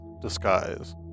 Disguise